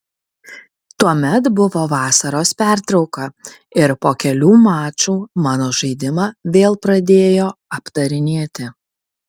tuomet buvo vasaros pertrauka ir po kelių mačų mano žaidimą vėl pradėjo aptarinėti